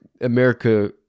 America